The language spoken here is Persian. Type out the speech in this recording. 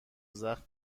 زخم